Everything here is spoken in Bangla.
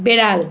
বিড়াল